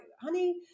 honey